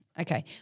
Okay